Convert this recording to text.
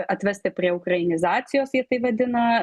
atvesti prie ukrainizacijos jie tai vadina